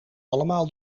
allemaal